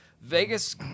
Vegas